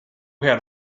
had